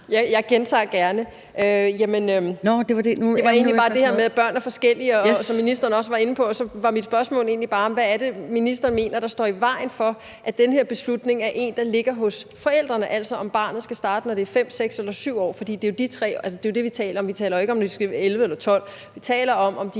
Jeg gentager det gerne. Det var egentlig bare det her med, at børn er forskellige, som ministeren også var inde på, og mit spørgsmål var egentlig bare: Hvad er det, ministeren mener står i vejen for, at den her beslutning er en, der ligger hos forældrene, altså om barnet skal starte, når det er 5, 6 eller 7 år? For det er det, vi taler om. Vi taler jo ikke om, at de måske 11 eller 12 år. Vi taler om, om de